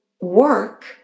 work